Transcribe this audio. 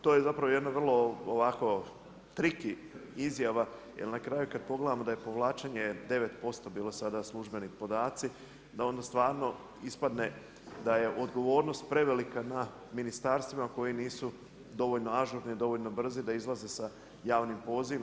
To je zapravo jedno vrlo ovako triki izjava jer na kraju kada pogledamo da je povlačenje 9% bilo sada službeni podaci, da onda stvarno ispadne da je odgovornost prevelika na ministarstvima koji nisu dovoljno ažurni, dovoljno brzi da izlaze sa javnim pozivima.